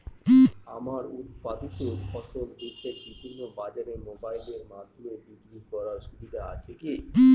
আমার উৎপাদিত ফসল দেশের বিভিন্ন বাজারে মোবাইলের মাধ্যমে বিক্রি করার সুবিধা আছে কি?